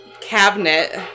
cabinet